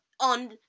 on